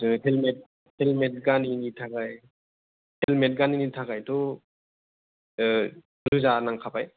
helmet helmet गानिनि थाखाय helmet गानिनि थाखायथ आह रोजा नांखाबाय